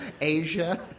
Asia